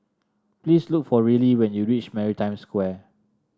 please look for Rillie when you reach Maritime Square